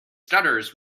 stutters